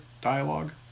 dialogue